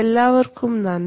എല്ലാവർക്കും നന്ദി